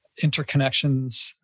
interconnections